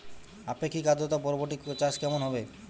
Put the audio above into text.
আপেক্ষিক আদ্রতা বরবটি চাষ কেমন হবে?